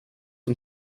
und